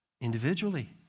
individually